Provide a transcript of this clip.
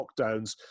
lockdowns